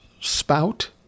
spout